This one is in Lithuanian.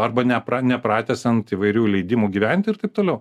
arba nepra nepratęs ant įvairių leidimų gyventi ir taip toliau